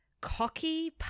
cocky